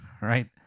right